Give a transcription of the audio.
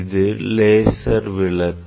இது லேசர் விளக்கு